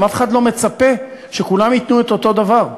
גם אף אחד לא מצפה שכולם ייתנו את אותו הדבר.